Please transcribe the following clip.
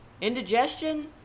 indigestion